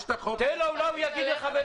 יש החוק --- תן לו לדבר, אולי הוא יגיד לך.